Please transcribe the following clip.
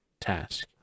task